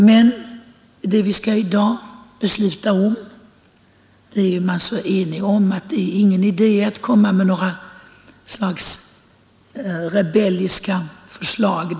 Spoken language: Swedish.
Men om det vi i dag skall besluta är enigheten så stor att det inte är någon idé att lägga fram några slags rebelliska förslag.